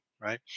right